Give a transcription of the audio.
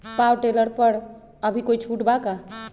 Power tiller पर अभी कोई छुट बा का?